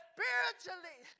Spiritually